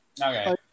Okay